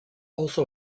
also